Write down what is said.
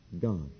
God